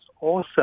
awesome